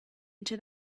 into